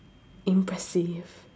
impressive